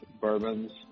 bourbons